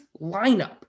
lineup